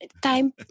time